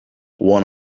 one